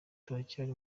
turacyari